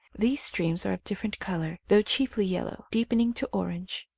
these streams are of differ ent colour, though chiefly yellow, deepening to orange.